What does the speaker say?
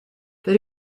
per